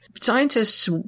Scientists